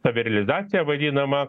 savirealizacija vadinama